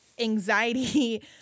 anxiety